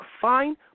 fine